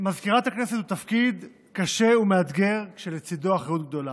מזכירת הכנסת הוא תפקיד קשה ומאתגר ולצידו אחריות גדולה.